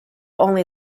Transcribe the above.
only